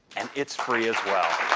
and it's free as well.